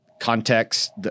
context